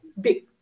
big